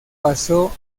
pasó